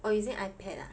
oh using Ipad ah